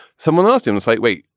someone asked him, it's like, wait,